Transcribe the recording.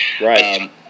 Right